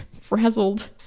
frazzled